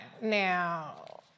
now